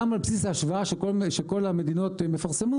גם על בסיס ההשוואה שכל המדינות מפרסמות,